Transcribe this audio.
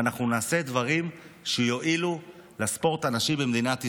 ואנחנו נעשה דברים שיועילו לספורט הנשי במדינת ישראל,